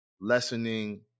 lessening